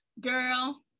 Girl